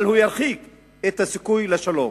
אבל הוא ירחיק את הסיכוי לשלום.